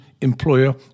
employer